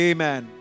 Amen